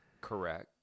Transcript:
correct